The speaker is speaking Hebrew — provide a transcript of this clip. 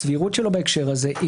הסבירות שלו בהקשר הזה,